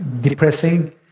depressing